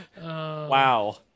wow